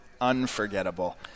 unforgettable